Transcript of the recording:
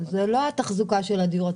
זו לא תחזוקה של הדיור הציבורי,